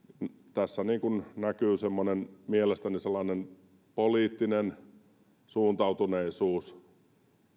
tässä niin kuin näkyy mielestäni sellainen poliittinen suuntautuneisuus